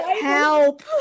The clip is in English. help